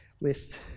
list